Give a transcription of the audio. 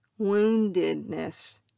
woundedness